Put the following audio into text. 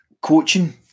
coaching